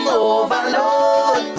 overload